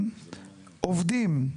העולים האלה,